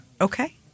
Okay